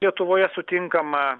lietuvoje sutinkama